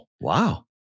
Wow